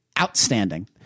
outstanding